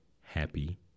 happy